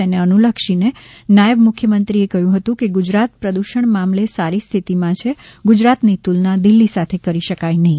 તેને અનુલક્ષીને નાયબ મુખ્યમંત્રીએ કહ્યું હતું કે ગુજરાત પ્રદૂષણ મામલે સારી સ્થિતિમાં છે ગુજરાતની તુલના દિલ્ફી સાથે કરી શકાય નહીં